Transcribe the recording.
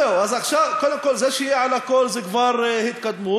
זה שיהיה על הכול זו כבר התקדמות,